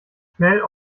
schnell